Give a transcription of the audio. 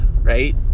right